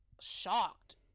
shocked